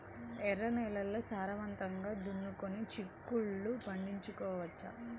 ఎర్ర నేలల్లో సారవంతంగా దున్నుకొని చిక్కుళ్ళు పండించవచ్చు